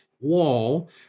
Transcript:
wall